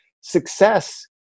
Success